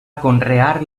conrear